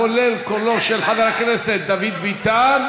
כולל קולו של חבר הכנסת דוד ביטן,